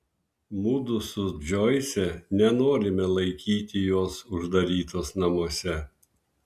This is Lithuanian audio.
mudu su džoise nenorime laikyti jos uždarytos namuose